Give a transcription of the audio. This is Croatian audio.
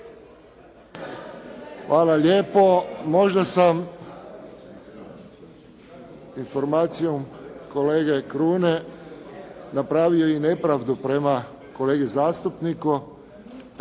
Hvala lijepo. Možda sam informacijom kolege Krune napravio i nepravdu prema kolegi zastupniku.